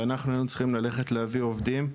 ואנחנו היינו צריכים ללכת להביא עובדים,